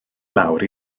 lawr